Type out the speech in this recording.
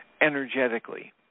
energetically